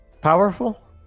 powerful